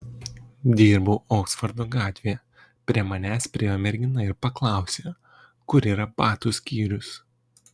dirbau oksfordo gatvėje prie manęs priėjo mergina ir paklausė kur yra batų skyrius